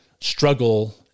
struggle